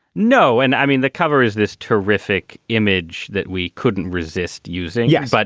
no. and i mean, the cover is this terrific image that we couldn't resist using. yeah, but